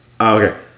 Okay